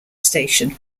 station